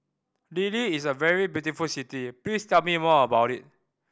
Dili is a very beautiful city please tell me more about it